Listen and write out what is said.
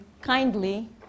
kindly